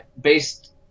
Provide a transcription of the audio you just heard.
based